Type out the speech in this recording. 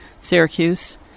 Syracuse